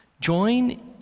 join